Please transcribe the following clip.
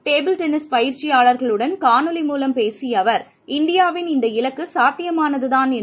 table tennis பயிற்சியாளர்களுடன் காணொலி மூலம் பேசிய அவர் இந்தியாவின் இந்த இலக்கு சாத்தியமானதுதான் என்று குறிப்பிட்டார்